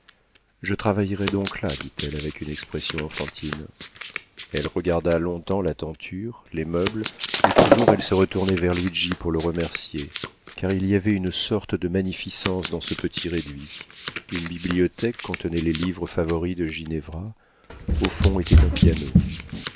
je travaillerai donc là dit-elle avec une expression enfantine elle regarda longtemps la tenture les meubles et toujours elle se retournait vers luigi pour le remercier car il y avait une sorte de magnificence dans ce petit réduit une bibliothèque contenait les livres favoris de ginevra au fond était un piano